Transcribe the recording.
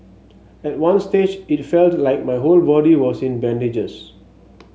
at one stage it felt like my whole body was in bandages